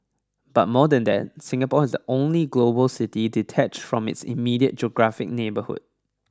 but more than that Singapore is the only global city detached from its immediate geographic neighbourhood